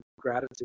gratitude